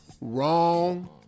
Wrong